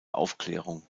aufklärung